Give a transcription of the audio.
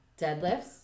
deadlifts